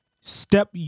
step